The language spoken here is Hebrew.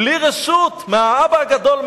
בלי רשות מהאבא הגדול,